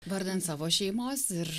vardan savo šeimos ir